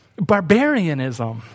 barbarianism